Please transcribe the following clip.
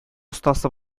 остасы